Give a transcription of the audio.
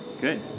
Good